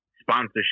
sponsorship